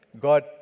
God